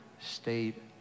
state